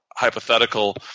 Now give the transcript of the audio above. Hypothetical